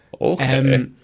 Okay